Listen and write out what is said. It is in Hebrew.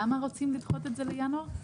למה רוצים לדחות את זה לינואר?